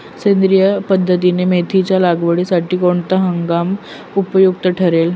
सेंद्रिय पद्धतीने मेथीच्या लागवडीसाठी कोणता हंगाम उपयुक्त ठरेल?